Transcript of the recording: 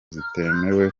zitemewe